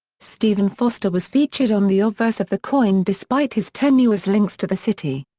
stephen foster was featured on the obverse of the coin despite his tenuous links to the city.